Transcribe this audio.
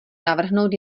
navrhnout